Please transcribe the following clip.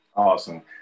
Awesome